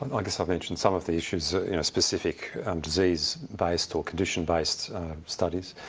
i guess i've mentioned some of the issues in a specific disease-based or condition-based studies.